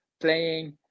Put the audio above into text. playing